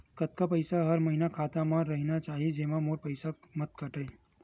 कतका पईसा हर महीना खाता मा रहिना चाही जेमा मोर पईसा मत काटे?